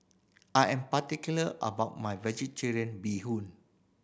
I am particular about my Vegetarian Bee Hoon